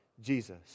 Jesus